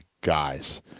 guys